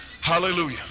Hallelujah